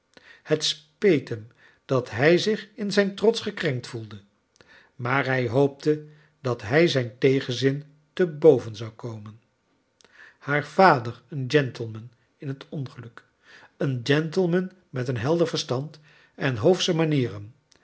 het speet hem dat hij zich in zijn trots gekrenkt voelde maar hij hoopte dat hij zijn tegenzin te boven zou komen haar vader een gentleman in het ongeluk een gentleman met een helder verstand en hoofsche manieren